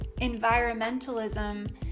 environmentalism